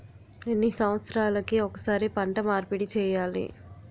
ఎన్ని సంవత్సరాలకి ఒక్కసారి పంట మార్పిడి చేయాలి?